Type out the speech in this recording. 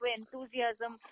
enthusiasm